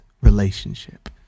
relationship